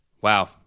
Wow